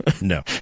No